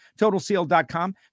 TotalSeal.com